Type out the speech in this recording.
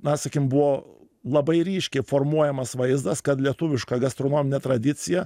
na sakykim buvo labai ryškiai formuojamas vaizdas kad lietuviška gastronominė tradicija